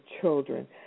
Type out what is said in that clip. children